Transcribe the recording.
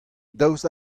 daoust